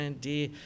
dear